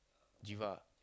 Giva ah